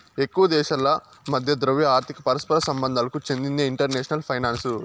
ఎక్కువ దేశాల మధ్య ద్రవ్య, ఆర్థిక పరస్పర సంబంధాలకు చెందిందే ఇంటర్నేషనల్ ఫైనాన్సు